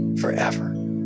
forever